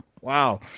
Wow